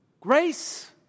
grace